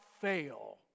fail